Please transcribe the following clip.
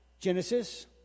Genesis